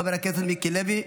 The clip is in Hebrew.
חבר הכנסת מיקי לוי.